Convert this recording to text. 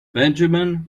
benjamin